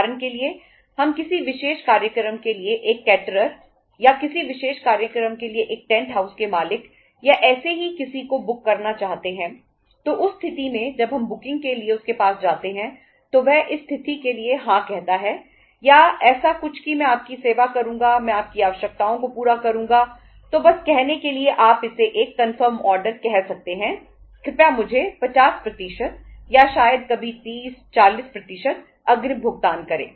उदाहरण के लिए हम किसी विशेष कार्यक्रम के लिए एक कैटरर कह सकते हैं कृपया मुझे 50 या शायद कभी 30 40 अग्रिम भुगतान करें